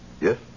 Yes